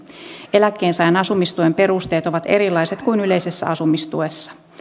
eläkkeensaajan asumistuen perusteet ovat erilaiset kuin yleisessä asumistuessa